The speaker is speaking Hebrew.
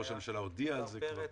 ראש הממשלה הודיע על זה כבר.